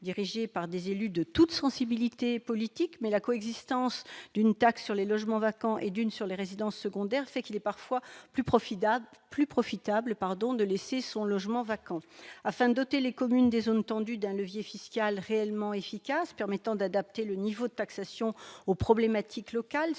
dirigées par des élus de toutes sensibilités politiques. Mais du fait de la coexistence d'une taxe sur les logements vacants et d'une autre sur les résidences secondaires, il est parfois plus profitable de laisser son logement vacant. Afin de doter les communes des zones tendues d'un levier fiscal réellement efficace, permettant d'adapter le niveau de taxation aux problématiques locales,